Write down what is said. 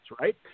right